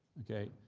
okay?